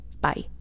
Bye